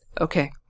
Okay